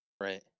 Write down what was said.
Right